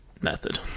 method